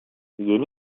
yeni